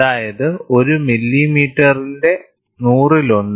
അതായത് ഒരു മില്ലിമീറ്ററിന്റെ നൂറിലൊന്ന്